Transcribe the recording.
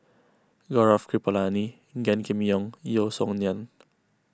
Gaurav Kripalani Gan Kim Yong Yeo Song Nian